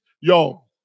Yo